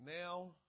now